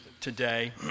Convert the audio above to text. today